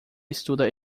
estuda